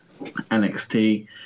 NXT